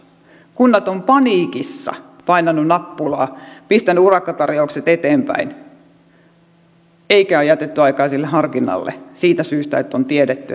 kunnat ovat paniikissa painaneet nappulaa pistäneet urakkatarjoukset eteenpäin eikä ole jätetty aikaa sille harkinnalle siitä syystä että on tiedetty että tämmöinen laki tulee